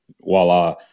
voila